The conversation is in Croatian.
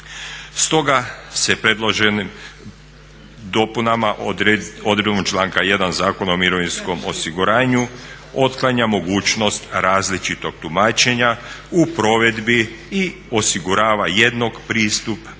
Stoga se predloženim dopunama odredbom članka 1. Zakona o mirovinskom osiguranju otklanja mogućnost različitog tumačenja u provedbi i osigurava jednog pristup